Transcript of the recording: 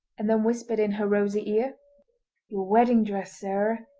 and then whispered in her rosy ear your wedding dress, sarah!